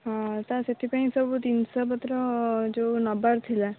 ହଁ ତ ସେଥିପାଇଁ ସବୁ ଜିନିଷପତ୍ର ଯେଉଁ ନେବାର ଥିଲା